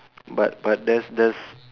but but there's there's